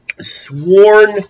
sworn